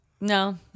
No